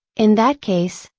in that case,